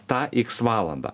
tą iks valandą